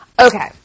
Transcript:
Okay